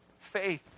Faith